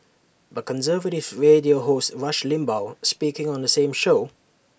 but conservative radio host rush Limbaugh speaking on the same show